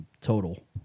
total